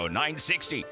960